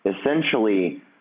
essentially